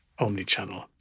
Omnichannel